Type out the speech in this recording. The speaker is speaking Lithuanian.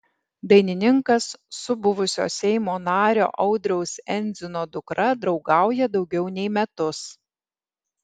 dainininkas su buvusio seimo nario audriaus endzino dukra draugauja daugiau nei metus